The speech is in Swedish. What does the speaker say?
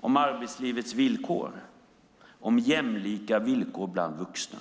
om arbetslivets villkor, om jämlika villkor bland vuxna.